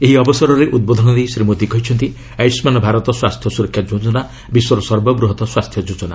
ଏହି ଅବସରରେ ଉଦ୍ବୋଧନ ଦେଇ ଶ୍ରୀ ମୋଦି କହିଛନ୍ତି ଆୟୁଷ୍ମାନ ଭାରତ ସ୍ୱାସ୍ଥ୍ୟ ସୁରକ୍ଷା ଯୋଜନା ବିଶ୍ୱର ସର୍ବବୃହତ୍ ସ୍ୱାସ୍ଥ୍ୟ ଯୋଜନା